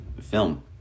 film